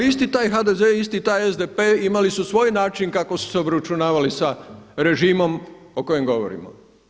Ali isti taj HDZ-e i isti taj SDP-e imali su svoj način kako su se obračunavali sa režimom o kojem govorimo.